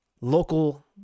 local